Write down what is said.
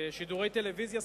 שידורי טלוויזיה,